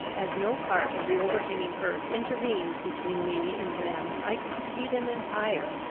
as no part of the overhanging earth intervened between me and them, i could see them entire,